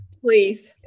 please